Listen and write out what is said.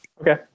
Okay